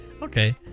okay